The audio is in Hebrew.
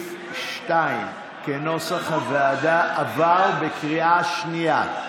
סעיף 2, כנוסח הוועדה, עבר בקריאה שנייה.